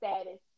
status